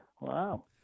Wow